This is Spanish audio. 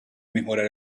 mejorar